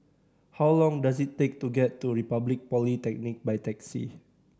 how long does it take to get to Republic Polytechnic by taxi